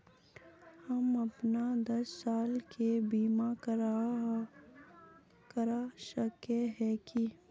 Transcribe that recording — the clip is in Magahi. हम अपन दस साल के बीमा करा सके है की?